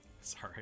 Sorry